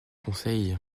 conseil